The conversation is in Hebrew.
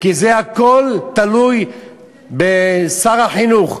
כי זה הכול תלוי בשר החינוך,